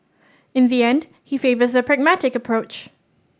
in the end he favours the pragmatic approach